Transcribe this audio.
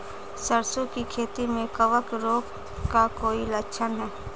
सरसों की खेती में कवक रोग का कोई लक्षण है?